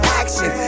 action